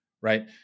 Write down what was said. right